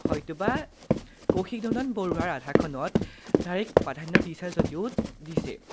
হয়তোবা কৌশিক নন্দন বৰুৱাৰ ৰাধাখনত নাৰীক প্ৰাধান্য দিছে যদিও দিছে